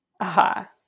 Aha